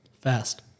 fast